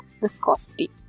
Viscosity